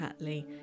Hatley